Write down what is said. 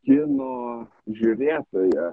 kino žiūrėtoją